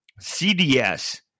CDS